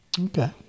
Okay